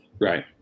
right